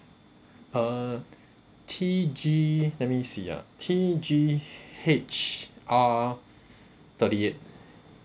uh T G let me see ah T G H R thirty eight